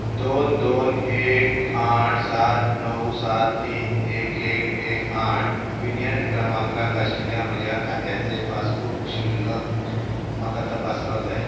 दोन दोन एक आठ सात णव सात तीन एक एक एक आठ यु ए एन क्रमांक आशिल्ल्या म्हज्या खात्याचें पासबुक शिल्लक म्हाका तपासपाक जाय